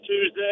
Tuesday